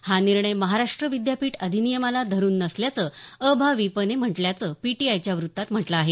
हा निर्णय महाराष्ट्र विद्यापीठ अधिनियमाला धरून नसल्याचं अभाविपने म्हटल्याचं पीटीआयच्या वृत्तात म्हटलं आहे